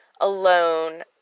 alone